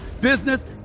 business